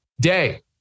day